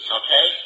okay